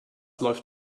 läuft